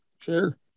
Sure